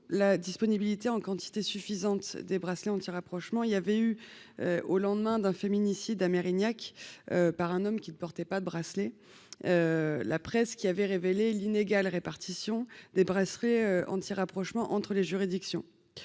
la disponibilité en quantité suffisante de bracelets anti-rapprochement. Au lendemain d'un féminicide à Mérignac par un homme qui ne portait pas de bracelet, la presse avait révélé l'inégale répartition des bracelets anti-rapprochement entre les juridictions.